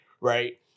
right